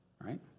right